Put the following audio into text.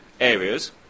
areas